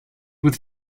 with